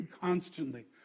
constantly